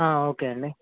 okay అండి